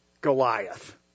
Goliath